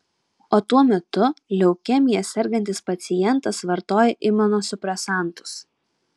o tuo metu leukemija sergantis pacientas vartoja imunosupresantus